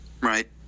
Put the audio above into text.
Right